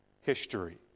history